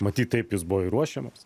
matyt taip jis buvo ir ruošiamas